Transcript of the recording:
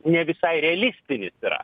ne visai realistinis yra